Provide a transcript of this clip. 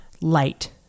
light